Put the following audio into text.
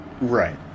Right